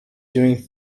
doing